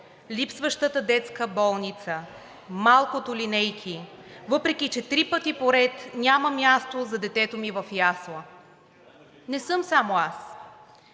липсващата детска болница, малкото линейки; въпреки че три пъти поред няма място за детето ми в ясла! Не съм само аз.